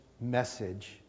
message